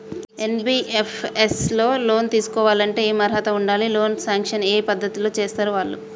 NBFS లో loan తీస్కోవాలంటే ఏం అర్హత ఉండాలి? లోన్ సాంక్షన్ ఏ పద్ధతి లో చేస్తరు వాళ్లు?